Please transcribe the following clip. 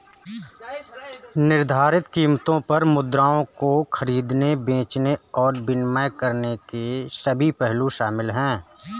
निर्धारित कीमतों पर मुद्राओं को खरीदने, बेचने और विनिमय करने के सभी पहलू शामिल हैं